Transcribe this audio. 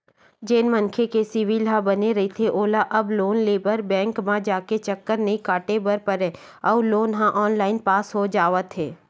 जेन मनखे के सिविल ह बने रहिथे ओला अब लोन लेबर बेंक म जाके चक्कर नइ काटे बर परय अउ लोन ह ऑनलाईन पास हो जावत हे